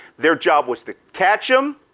their job was to catch em,